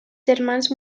germans